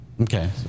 Okay